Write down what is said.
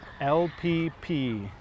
L-P-P